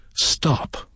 stop